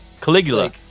Caligula